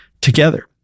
together